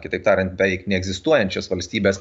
kitaip tariant beveik neegzistuojančias valstybes